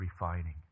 refining